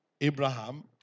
Abraham